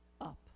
up